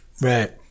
right